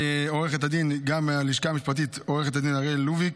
לעו"ד אריאל לוביק,